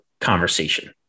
conversation